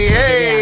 hey